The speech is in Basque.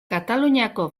kataluniako